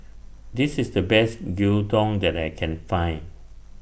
This IS The Best Gyudon that I Can Find